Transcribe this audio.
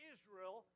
Israel